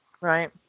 Right